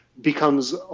becomes